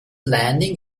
landing